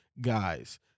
guys